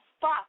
fuck